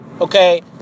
okay